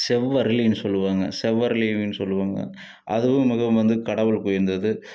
செவ்வரளின்னு சொல்லுவாங்க செவ்வரளின்னு சொல்லுவாங்க அதுவும் மிகவும் வந்து கடவுளுக்கு உயர்ந்தது